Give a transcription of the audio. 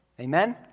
Amen